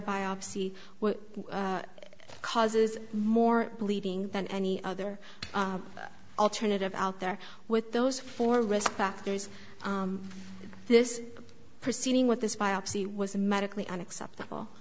biopsy which causes more bleeding than any other alternative out there with those four risk factors this proceeding with this biopsy was a medically unacceptable